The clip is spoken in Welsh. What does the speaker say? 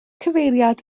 cyfeiriad